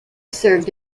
served